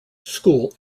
school